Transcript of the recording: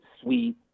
sweet